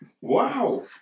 Wow